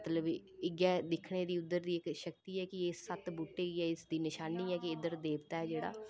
मतलब इ'यै दिक्खने दी उद्धर दी इक शक्ति ऐ कि एह् सत्त बूह्टे इ'यै इसदी इक निशानी ऐ कि इद्धर देवता ऐ जेह्ड़ा